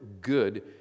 good